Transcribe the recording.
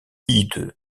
hideux